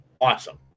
Awesome